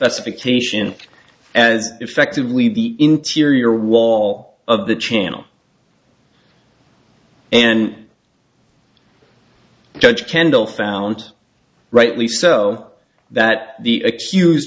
specification as effectively the interior wall of the channel and judge kendall found rightly so that the accused